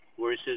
versus